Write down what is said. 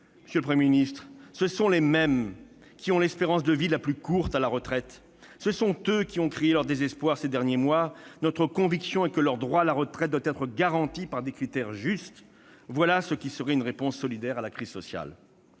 Monsieur le Premier ministre, ce sont les mêmes qui ont l'espérance de vie la plus courte à la retraite. Ce sont eux qui ont crié leur désespoir ces derniers mois. Notre conviction est que leur droit à la retraite doit être garanti par des critères justes. Voilà ce que serait une réponse solidaire à la crise sociale